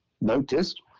noticed